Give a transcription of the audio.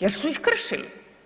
jer su ih kršili.